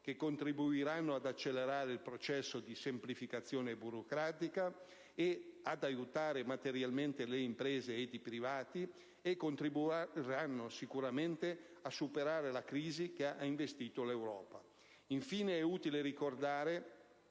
che contribuiranno ad accelerare il processo di semplificazione burocratica e ad aiutare materialmente le imprese ed i privati; esse contribuiranno sicuramente a superare la crisi che ha investito l'Europa. Infine, ricordo